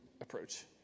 approach